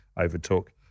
overtook